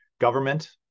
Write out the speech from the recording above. government